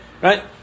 right